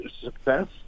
success